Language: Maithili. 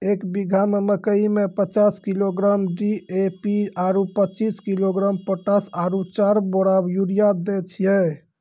एक बीघा मे मकई मे पचास किलोग्राम डी.ए.पी आरु पचीस किलोग्राम पोटास आरु चार बोरा यूरिया दैय छैय?